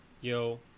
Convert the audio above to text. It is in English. yo